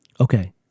Okay